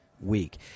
week